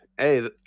hey